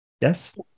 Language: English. Yes